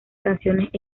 canciones